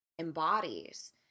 embodies